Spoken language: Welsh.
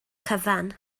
cyfan